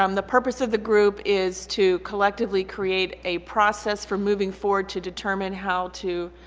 um the purpose of the group is to collectively create a process for moving forward to determine how to